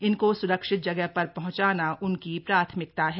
इनको स्रक्षित जगह पर पहुंचाना उनकी प्राथमिकता है